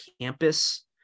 campus